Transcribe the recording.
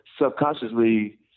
subconsciously